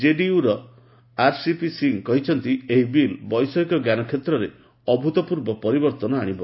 ଜେଡିୟୁର ଆର୍ସିପି ସିଂ କହିଛନ୍ତି ଏହି ବିଲ୍ ବୈଷୟିକ ଜ୍ଞାନ କ୍ଷେତ୍ରରେ ଅଭୂତପୂର୍ବ ପରିବର୍ଭନ ଆଶିବ